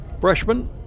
Freshman